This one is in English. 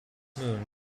moon